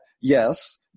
Yes